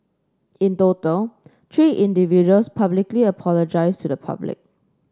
in total three individuals publicly apologised to the public